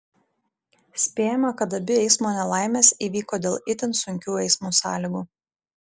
spėjama kad abi eismo nelaimės įvyko dėl itin sunkių eismo sąlygų